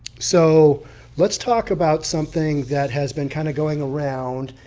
so let's talk about something that has been kind of going around.